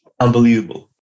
unbelievable